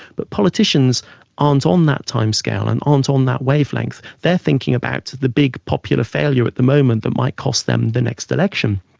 but politicians aren't on that time scale, and aren't on that wavelength, they're thinking about the big popular failure at the moment that might cost them the next election.